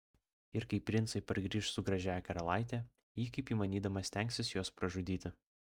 ir kai princai pargrįš su gražiąja karalaite ji kaip įmanydama stengsis juos pražudyti